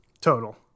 Total